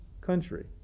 country